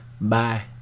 Bye